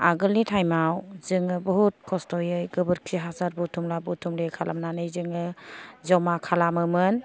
आगोलनि टाइमाव जोङो बहुत खस्थ'यै गोबोरखि हासार बुथुमला बुथुमलि खालामनानै जोङो जमा खालामोमोन